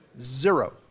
zero